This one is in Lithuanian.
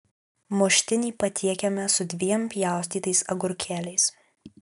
muštinį patiekiame su dviem pjaustytais agurkėliais